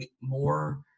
more